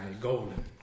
golden